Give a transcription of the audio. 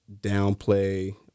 downplay